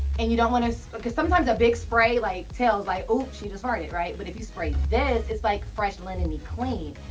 and you don't want to because sometimes a big spray like tells, like oops she just farted, right? but is you spray this, it's like fresh linen clean,